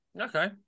Okay